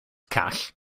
call